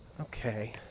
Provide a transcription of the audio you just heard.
Okay